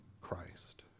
Christ